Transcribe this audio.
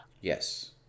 yes